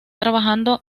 trabajando